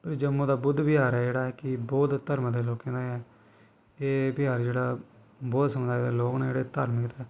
भी जम्मू दा बुद्ध विहार ऐ जेह्ड़ा कि बौद्ध धरम दे लोकें दा एह् ऐ एह् विहार जेह्ड़ा बौद्ध समुदाय दे लोग न जेह्ड़े धार्मिक ते